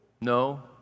No